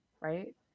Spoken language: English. right